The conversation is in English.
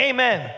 Amen